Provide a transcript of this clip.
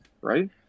right